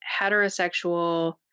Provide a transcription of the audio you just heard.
heterosexual